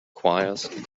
choirs